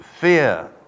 fear